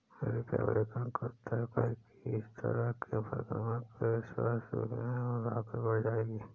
Republican का तर्क है कि इस तरह के मुकदमों से स्वास्थ्य बीमा लागत बढ़ जाएगी